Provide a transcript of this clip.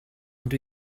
dydw